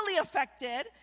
affected